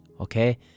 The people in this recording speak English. okay